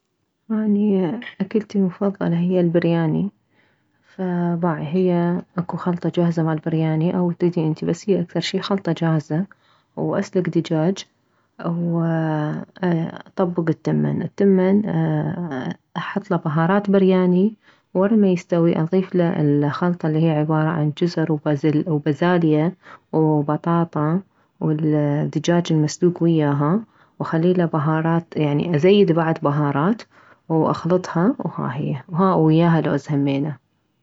اني اكلتي المفضلة هي البرياني فباعي هي اكو خلطة جاهزة مالبرياني او تريدين انتي بس هي اكثر شي خلطة جاهزة واسلك دجاج واطبك التمن التمن احطله بهارات برياني وره ما يستوي اضيفله الخلطة الي هي عبارة عن جزر وبازلا وبازاليا وبطاطا والدجاج المسلوك وياها واخليله بهارت يعني ازيد بعد بهارات واخلطها وهاهي ها ووياها لوز همينه